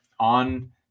On